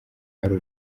ari